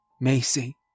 Macy